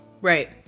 Right